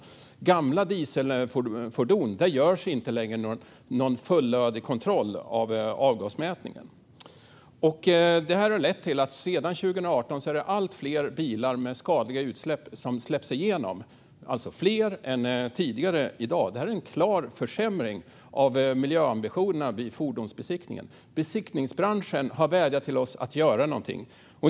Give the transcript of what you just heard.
För gamla dieselfordon görs inte längre någon fullödig kontroll av avgasmätningen. Detta har lett till att det sedan 2018 är allt fler bilar med skadliga utsläpp som släpps igenom, alltså fler i dag än tidigare. Detta är en klar försämring av miljöambitionerna vid fordonsbesiktning. Besiktningsbranschen har vädjat till oss att göra något.